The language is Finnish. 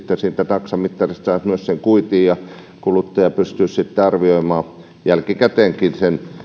taksamittarista saat myös kuitin ja kuluttaja pystyisi sitten arvioimaan jälkikäteenkin